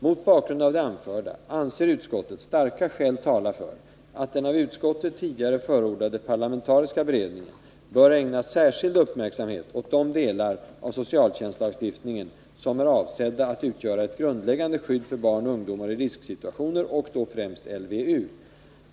Mot bakgrund av det anförda anser utskottet starka skäl tala för att den av utskottet tidigare förordade parlamentariska beredningen bör ägna särskild uppmärksamhet åt de delar av socialtjänstlagstiftningen som är avsedda att utgöra ett grundläggande skydd för barn och ungdomar i risksituationer, och då främst LVU.